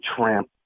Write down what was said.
tramp